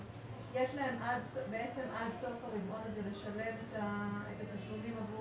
יש להן עד סוף הרבעון הזה לשלם את התשלומים עבור